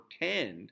pretend